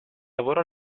lavoro